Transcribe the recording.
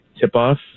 tip-off